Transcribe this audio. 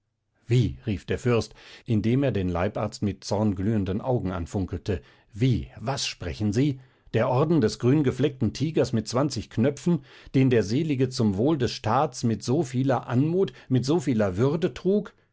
wie rief der fürst indem er den leibarzt mit zornglühenden augen anfunkelte wie was sprechen sie der orden des grüngefleckten tigers mit zwanzig knöpfen den der selige zum wohl des staats mit so vieler anmut mit so vieler würde trug